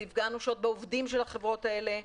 זה יפגע אנושות בעובדים של החברות האלה,